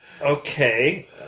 Okay